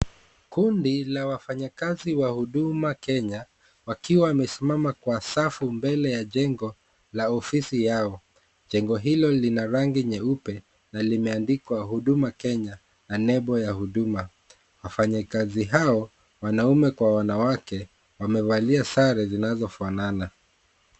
Kundi la wafanyakazi wa huduma Kenya wakiwa wamesimama kwa safu mbele ya jengo la ofisi yao. Jengo hilo lina rangi nyeupe na limeandikwa huduma Kenya na lebo ya huduma. Wafanyikazi hao wanaume kwa wanawake wamevalia sare zinazofanana.